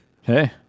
Hey